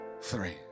three